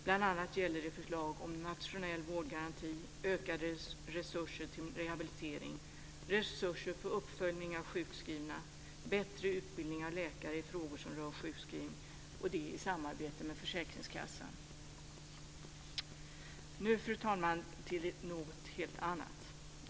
Bl.a. gäller det förslag om nationell vårdgaranti, ökade resurser till rehabilitering, resurser för uppföljning av sjukskrivna, bättre utbildning av läkare i frågor som rör sjukskrivning, och i samarbete med försäkringskassan. Nu, fru talman, övergår jag till något helt annat.